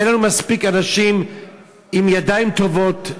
אין לנו מספיק אנשים עם ידיים טובות.